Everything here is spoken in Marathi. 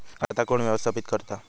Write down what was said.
खाता कोण व्यवस्थापित करता?